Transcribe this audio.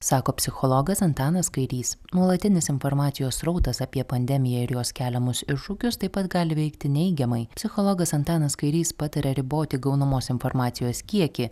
sako psichologas antanas kairys nuolatinis informacijos srautas apie pandemiją ir jos keliamus iššūkius taip pat gali veikti neigiamai psichologas antanas kairys pataria riboti gaunamos informacijos kiekį